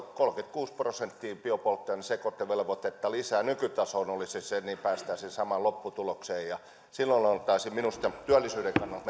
kolmekymmentäkuusi prosenttia biopolttoaineen sekoitevelvoitetta lisää nykytasoon olisi se millä päästäisiin samaan lopputulokseen silloin oltaisiin minusta työllisyyden kannalta